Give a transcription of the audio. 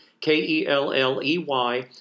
K-E-L-L-E-Y